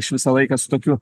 aš visą laiką su tokiu